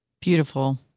Beautiful